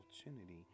opportunity